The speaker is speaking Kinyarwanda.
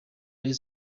rayon